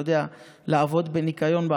לעבוד בניקיון,